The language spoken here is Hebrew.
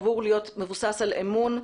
אמור להיות מבוסס על אמון,